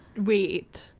Wait